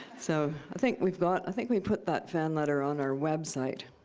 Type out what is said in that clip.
so i think we've got i think we put that fan letter on our website.